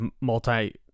multi